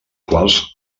quals